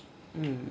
mm